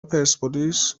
پرسپولیس